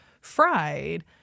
fried